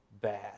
bad